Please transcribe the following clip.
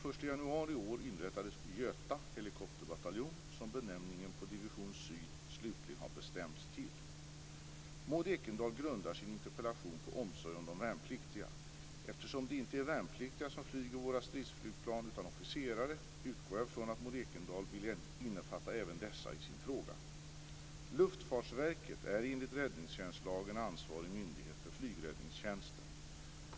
Den 1 januari i år inrättades Göta helikopterbataljon, som benämningen på Division syd slutligen har bestämts till. Maud Ekendahl grundar sin interpellation på omsorg om de värnpliktiga. Eftersom det inte är värnpliktiga som flyger våra stridsflygplan utan officerare utgår jag från att Maud Ekendahl vill innefatta även dessa i sin fråga. ansvarig myndighet för flygräddningstjänsten.